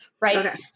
right